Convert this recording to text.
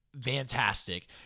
fantastic